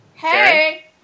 Hey